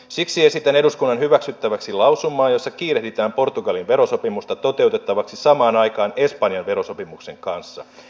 siksi esitän eduskunnan hyväksyttäväksi lausumaa jossa kiirehditään portugalin verosopimusta toteuttavaksi samaan aikaan espanjan verosopimuksen kanssa